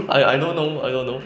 I I don't know I don't know